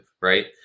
right